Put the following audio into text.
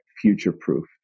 future-proof